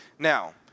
Now